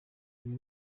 uyu